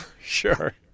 Sure